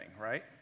right